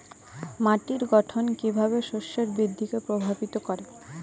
মাটির গঠন কীভাবে শস্যের বৃদ্ধিকে প্রভাবিত করে?